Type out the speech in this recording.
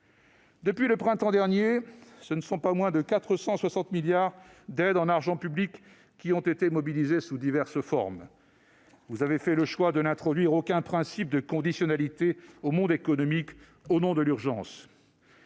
Depuis le printemps dernier, pas moins de 460 milliards d'euros d'aides en argent public ont été mobilisés sous diverses formes. Vous avez fait le choix de n'introduire aucun principe de conditionnalité à l'égard du monde économique, au nom de l'urgence,